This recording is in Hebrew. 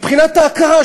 מבחינת ההכרה,